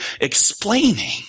explaining